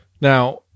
Now